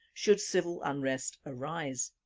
should civil unrest arise.